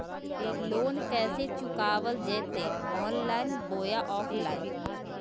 Loan कैसे चुकाबल जयते ऑनलाइन बोया ऑफलाइन?